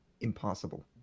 impossible